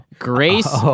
Grace